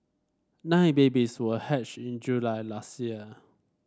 nine babies were hatched in July last year